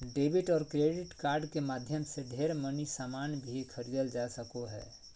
debit और credit card के माध्यम से ढेर मनी सामान भी खरीदल जा सको हय